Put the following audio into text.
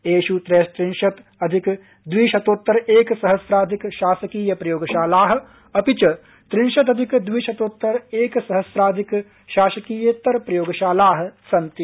एषु त्रयश्तिंशत् अधिक द्विशतोत्तर एकसहस्राधिक शासकीय प्रयोगशाला अपि च त्रिंशदाधिक द्विशतोत्तर एकसहस्राधिक शासकीयत्तर प्रयोगशाला सन्ति